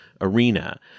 arena